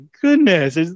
goodness